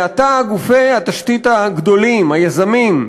מעתה גופי התשתית הגדולים, היזמים,